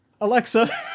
Alexa